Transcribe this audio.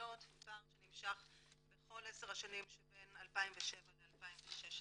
לעולות שנמשך בכל 10 השנים שבין 2007 ל-2016.